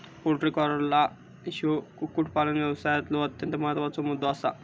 poultry cholera ह्यो कुक्कुटपालन व्यवसायातलो अत्यंत महत्त्वाचा मुद्दो आसा